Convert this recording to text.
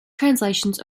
translations